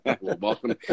Welcome